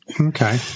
Okay